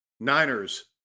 Niners